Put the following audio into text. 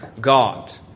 God